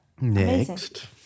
next